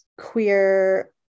Queer